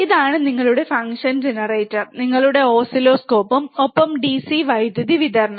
ഇതാണ് നിങ്ങളുടെ function generator നിങ്ങളുടെ ഓസിലോസ്കോപ്പും ഒപ്പം ഡിസി വൈദ്യുതി വിതരണം